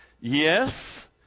Yes